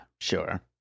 sure